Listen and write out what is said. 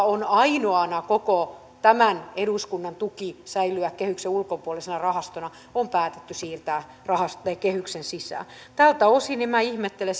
on ainoana koko tämän eduskunnan tuki säilyä kehyksen ulkopuolisena rahastona on päätetty siirtää kehyksen sisään tältä osin minä ihmettelen